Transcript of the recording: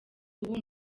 ubu